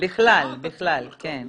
זה בכלל, כן.